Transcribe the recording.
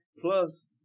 Plus